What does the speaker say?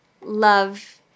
love